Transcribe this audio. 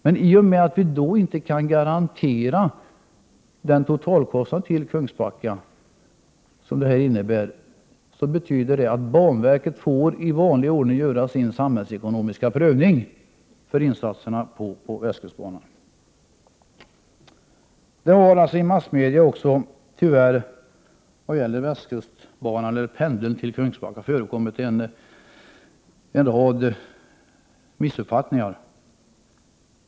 Men i och med att vi då inte kan garantera totalkostnaderna för dubbelspåret till Kungsbacka kommer banverket i vanlig ordning att få göra en samhällsekonomisk prövning av insatserna på västkustbanan. Tyvärr har det i massmedia när det gäller pendeln till Kungsbacka förekommit en rad missuppfattningar.